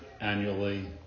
annually